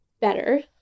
better